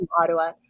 Ottawa